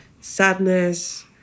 sadness